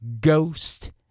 Ghost